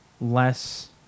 less